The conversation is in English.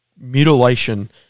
Mutilation